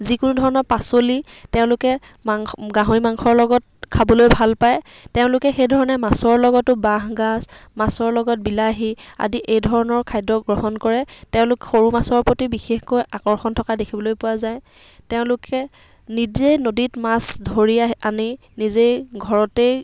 যিকোনো ধৰণৰ পাচলি তেওঁলোকে মাংস গাহৰি মাংসৰ লগত খাবলৈ ভাল পায় তেওঁলোকে সেই ধৰণে মাছৰ লগতো বাঁহগাজ মাছৰ লগত বিলাহী আদি এই ধৰণৰ খাদ্য গ্ৰহণ কৰে তেওঁলোক সৰু মাছৰ প্ৰতি বিশেষকৈ আকৰ্ষণ থকা দেখিবলৈ পোৱা যায় তেওঁলোকে নিজেই নদীত মাছ ধৰি আহে আনি নিজেই ঘৰতেই